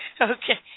Okay